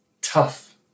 tough